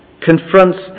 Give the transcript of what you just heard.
confronts